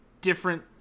Different